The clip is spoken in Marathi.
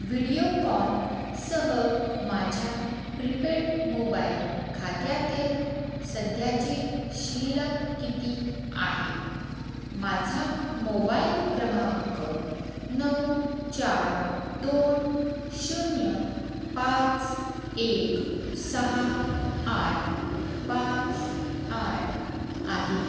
व्हिडिओकॉनसह माझ्या प्रिपेड मोबाईल खात्यातील सध्याची शिल्लक किती आहे माझा मोबाईल क्रमांक नऊ चार दोन शून्य पाच एक सहा आठ पाच आठ आहे